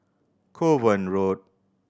Kovan Road